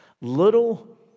Little